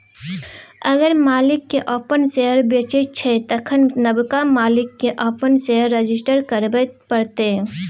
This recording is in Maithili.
अगर मालिक अपन शेयर बेचै छै तखन नबका मालिक केँ अपन शेयर रजिस्टर करबे परतै